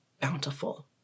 bountiful